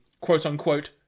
quote-unquote